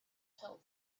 help